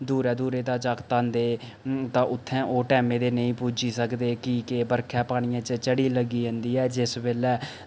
दूरै दूरै दा जागत आंदे तां उत्थै ओह् टैमै दे नेईं पुज्जी सकदे कि के बरखा पानियै च चढ़ी लग्गी जंदी ऐ जिस बेल्लै